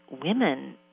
women